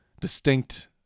distinct